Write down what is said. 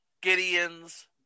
Gideon's